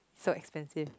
so expensive